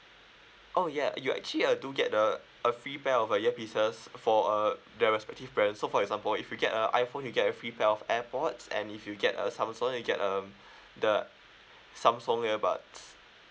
oh yeah you actually uh do get uh a free pair of uh earpieces for uh the respective brand so for example if you get a iphone you get a free pair of airpods and if you get a samsung you get um the samsung earbuds